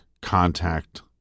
contact